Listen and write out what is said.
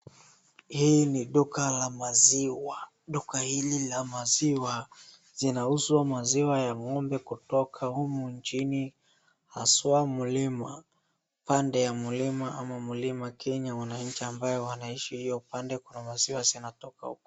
Hii ni duka la maziwa duka hili la maziwa zinauzwa maziwa ya ng'ombe kutoka humu nchini haswa mlima pande ya mlima ama mlima Kenya wananchi ambae wanaisha pande hiyo maziwa zinatoka huko.